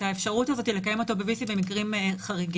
האפשרות הזאת לקיים אותו ב-VC במקרים חריגים,